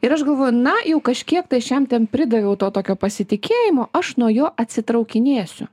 ir aš galvoju na jau kažkiek tai aš jam ten pridaviau to tokio pasitikėjimo aš nuo jo atsitraukinėsiu